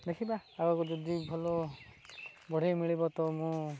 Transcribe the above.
ଦେଖିବା ଆଗକୁ ଯଦି ଭଲ ବଢ଼େଇ ମିଳିବ ତ ମୁଁ